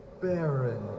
Baron